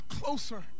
closer